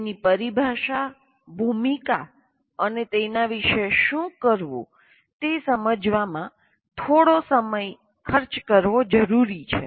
તેની પરિભાષા ભૂમિકા અને તેના વિશે શું કરવું તે સમજવામાં થોડો સમય ખર્ચ કરવો જરૂરી છે